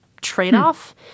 trade-off